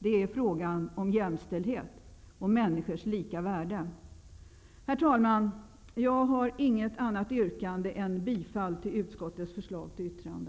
Det är fråga om jämställdhet och människors lika värde. Herr talman! Jag yrkar bifall till utskottets förslag till yttrande.